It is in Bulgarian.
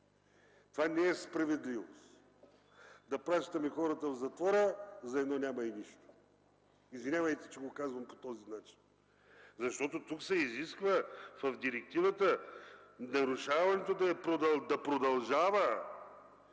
Това не е справедливост – да пращаме хората в затвора за едно няма и нищо – извинявайте, че го казвам по този начин, защото в директивата се изисква нарушаването да продължава